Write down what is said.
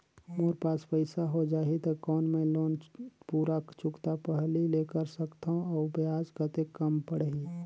मोर पास पईसा हो जाही त कौन मैं लोन पूरा चुकता पहली ले कर सकथव अउ ब्याज कतेक कम पड़ही?